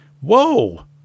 whoa